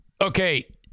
Okay